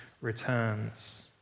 returns